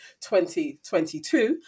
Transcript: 2022